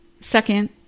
Second